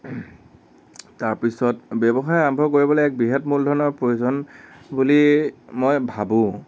তাৰপিছত ব্যৱসায় আৰম্ভ কৰিবলৈ এক বৃহৎ মূলধনৰ প্ৰয়োজন বুলি মই ভাবোঁ